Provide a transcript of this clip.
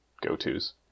go-tos